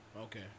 Okay